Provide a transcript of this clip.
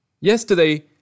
Yesterday